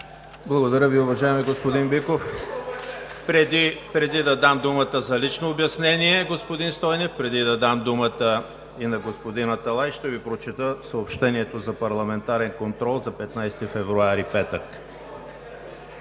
Благодаря Ви, господин Биков. (Шум и реплики.) Преди да дам думата за лично обяснение, господин Стойнев, преди да дам думата и на господин Аталай, ще Ви прочета съобщението за парламентарен контрол за 15 февруари 2019